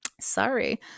sorry